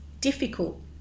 difficult